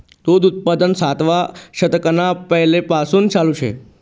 दूध उत्पादन सातवा शतकना पैलेपासून चालू शे